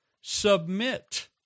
Submit